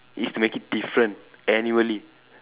is to make it different annually